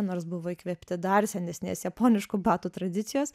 nors buvo įkvėpti dar senesnės japoniškų batų tradicijos